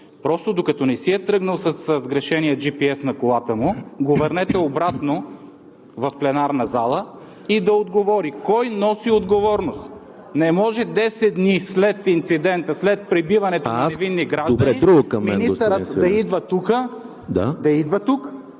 Просто, докато не си е тръгнал със сгрешения GPS на колата му, върнете го обратно в пленарната зала и да отговори кой носи отговорност? Не може 10 дни след инцидента, след пребиването на невинни граждани… ПРЕДСЕДАТЕЛ ЕМИЛ ХРИСТОВ: